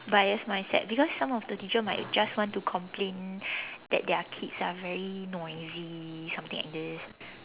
bias mindset because some of the teacher might just want to complain that their kids are very noisy something like this